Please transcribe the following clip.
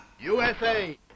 USA